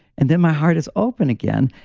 and then my heart is open again.